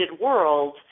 world